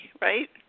right